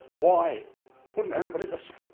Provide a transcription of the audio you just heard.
why wouldn't anybody listen.